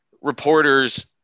reporters